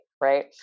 right